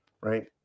right